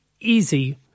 easy